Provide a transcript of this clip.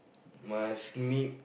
must make